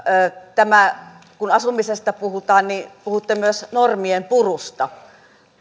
kun asumisesta puhutaan niin puhutte myös normien purusta